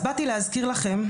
אז באתי להזכיר לכם,